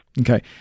Okay